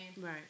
Right